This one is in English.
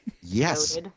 Yes